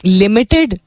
limited